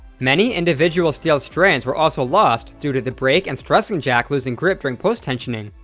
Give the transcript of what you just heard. many individual steel strands were also lost due to the brake and stressing jack losing grip during post-tensioning,